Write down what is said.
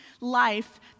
life